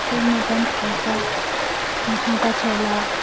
ঠিক মতন থাকা হাঁটা চলা